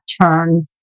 turn